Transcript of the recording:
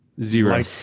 Zero